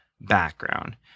background